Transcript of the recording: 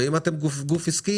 והאם אתם גוף עסקי,